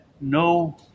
no